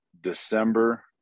December